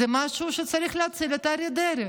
זה משהו שצריך להציל את אריה דרעי